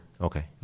Okay